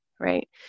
right